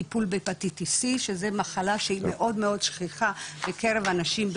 טיפול ב- Hepatitis שזה מחלה שהיא מאוד מאוד שכיחה בקרב הנשים,